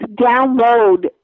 download